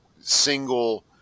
single